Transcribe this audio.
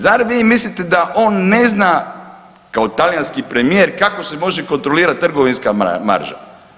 Zar vi mislite da on ne zna kao talijanski premijer kako se može kontrolirati trgovinska marža?